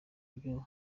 ibyo